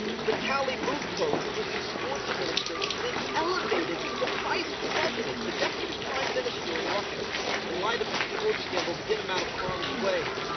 vitaly mutko who was the sports minister, is elevated to the vice president, the deputy prime minister in russia in light of the sports scandal to get him out of harms way.